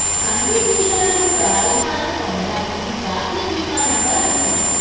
కంట్రిబ్యూషన్లకు ప్రయోజనాలను పొందడానికి, జాతీయ భీమా నంబర్అవసరం